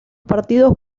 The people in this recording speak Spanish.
partidos